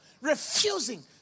refusing